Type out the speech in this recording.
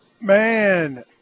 Man